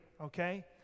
okay